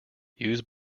use